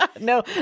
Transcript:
No